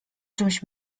czymś